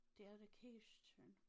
dedication